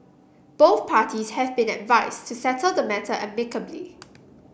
both parties have been advised to settle the matter amicably